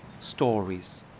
Stories